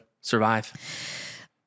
survive